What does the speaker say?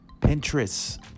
Pinterest